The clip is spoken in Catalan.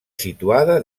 situada